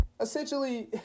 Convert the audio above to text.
essentially